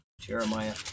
Jeremiah